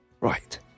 Right